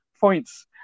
points